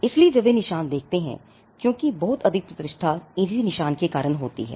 इसलिए जब वे निशान देखते हैं क्योंकि बहुत अधिक प्रतिष्ठा इस निशान के कारण होती है